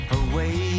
away